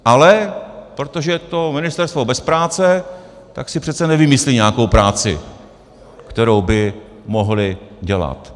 Ale protože je to ministerstvo bez práce, tak si přece nevymyslí nějakou práci, kterou by mohli dělat.